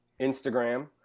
Instagram